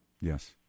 Yes